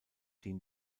den